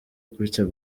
gutyo